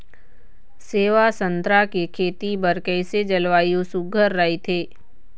सेवा संतरा के खेती बर कइसे जलवायु सुघ्घर राईथे?